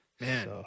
man